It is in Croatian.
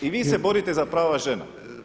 I vi se borite za prava žena?